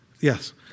yes